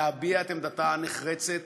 להביע את עמדתה הנחרצת